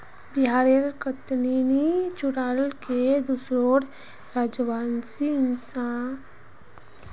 बिहारेर कतरनी चूड़ार केर दुसोर राज्यवासी इंतजार कर छेक